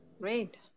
Great